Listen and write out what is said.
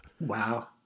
Wow